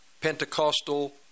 Pentecostal